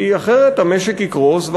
כי אחרת המשק יקרוס,